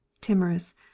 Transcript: Timorous